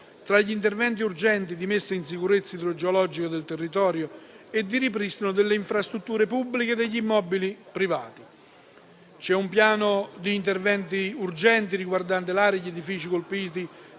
tra gli interventi urgenti di messa in sicurezza idrogeologica del territorio e di ripristino delle infrastrutture pubbliche e degli immobili privati. C'è un piano di interventi urgenti riguardanti le aree e gli edifici colpiti